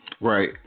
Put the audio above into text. Right